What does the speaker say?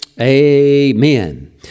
Amen